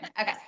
Okay